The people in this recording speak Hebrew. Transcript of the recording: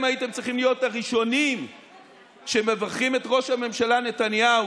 אתם הייתם צריכים להיות הראשונים שמברכים את ראש הממשלה נתניהו